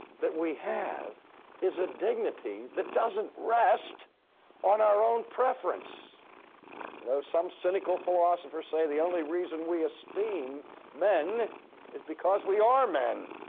that we have is a dignity that doesn't rest on our own preference. you know, some cynical philosophers say the only reason we esteem men is because we are men,